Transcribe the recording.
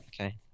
Okay